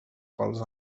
pels